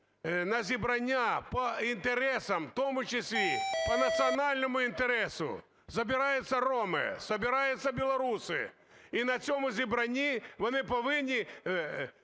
на зібрання по інтересам, в тому числі по національному інтересу. Собираються роми, собираються білоруси, і на цьому зібранні вони повинні,